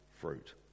fruit